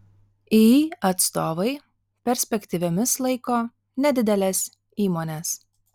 iį atstovai perspektyviomis laiko nedideles įmones